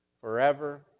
forever